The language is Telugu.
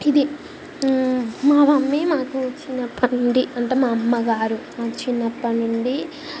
ఇది మా మమ్మీ మాకు చిన్నప్పటినుండి అంటే మా అమ్మ గారు మా చిన్నప్పడి నుండి